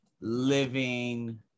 living